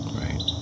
right